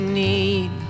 need